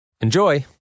Enjoy